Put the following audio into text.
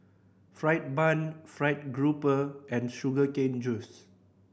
fried bun Fried Garoupa and sugar cane juice